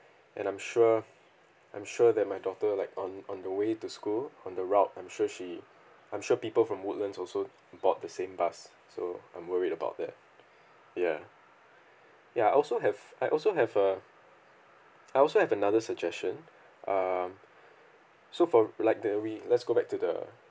and I'm sure I'm sure that my daughter like on on the way to school on the route I'm sure she I'm sure people from woodlands also board the same bus so I'm worried about that ya ya I also have I also have uh I also have another suggestion um so for like the we let's go back to the